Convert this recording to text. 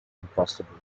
impossible